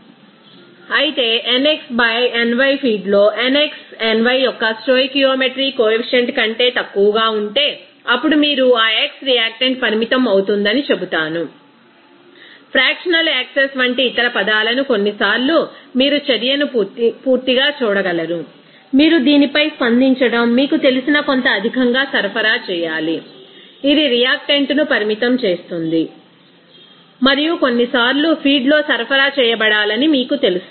అయితే nx by ny feed లో nx ny యొక్క స్టోయికియోమెట్రీ కొఎఫిషియంట్ కంటే తక్కువగా ఉంటే అప్పుడు మీరు ఆ x రియాక్టెంట్ పరిమితం అవుతుందని చెబుతాను ఫ్రాక్షనల్ యాక్సెస్ వంటి ఇతర పదాలను కొన్నిసార్లు మీరు చర్యను పూర్తిగా చూడగలరు మీరు దీనిపై స్పందించడం మీకు తెలిసిన కొంత అధికంగా సరఫరా చేయాలి ఇది రియాక్టెంట్ను పరిమితం చేస్తుంది మరియు కొన్నిసార్లు ఫీడ్లో సరఫరా చేయబడాలని మీకు తెలుసు